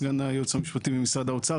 סגן היועץ המשפטי במשרד האוצר,